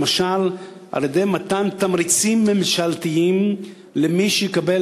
למשל על-ידי מתן תמריצים ממשלתיים למי שיקבל